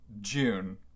June